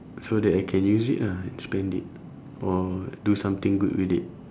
so that I can use it ah spend it or do something good with it